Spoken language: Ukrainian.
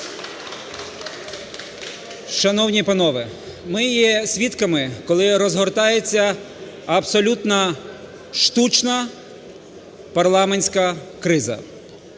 Шановні панове, ми є свідками, коли розгортається абсолютно штучно парламентська криза.